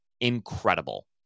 incredible